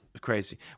Crazy